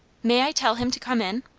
may i tell him to come in?